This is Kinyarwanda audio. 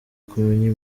kumenya